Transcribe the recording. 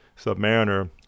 Submariner